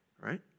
Right